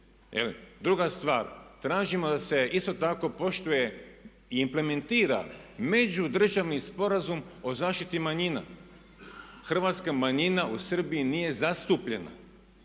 Druga stvar, tražimo da se isto tako poštuje i implementira međudržavni Sporazum o zaštiti manjina. Hrvatska manjina u Srbiji nije zastupljena,